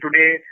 today